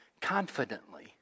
confidently